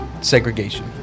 Segregation